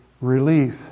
relief